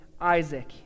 Isaac